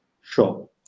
Sure